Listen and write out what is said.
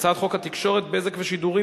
הצעת חוק התקשורת (בזק ושידורים)